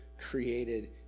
created